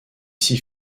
six